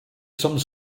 some